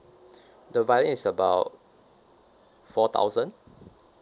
the violin is about four thousand